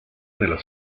nella